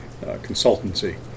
consultancy